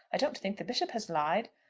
i don't think the bishop has lied.